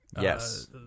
yes